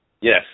Yes